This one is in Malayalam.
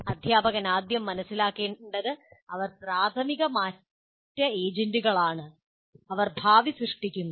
അധ്യാപകർ ആദ്യം മനസ്സിലാക്കേണ്ടത് അവർ പ്രാഥമിക മാറ്റ ഏജന്റുകളാണ് അവർ ഭാവി സൃഷ്ടിക്കുന്നു